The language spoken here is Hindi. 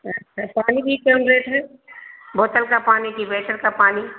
अच्छा पानी भी रेट है बोतल का पानी कि वेटर का पानी